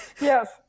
Yes